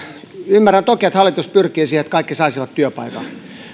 ymmärrän toki että hallitus pyrkii siihen että kaikki saisivat työpaikan